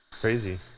Crazy